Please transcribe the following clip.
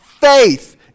faith